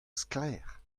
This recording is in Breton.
sklaer